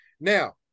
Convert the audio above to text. Now